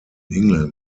england